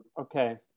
Okay